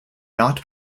not